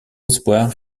espoirs